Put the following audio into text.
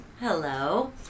Hello